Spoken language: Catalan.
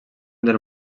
del